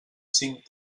cinc